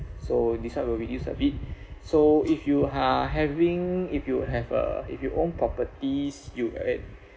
so this one will reduce a bit so if you are having if you have a if you own properties you will add